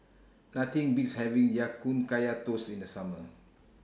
Nothing Beats having Ya Kun Kaya Toast in The Summer